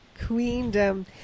queendom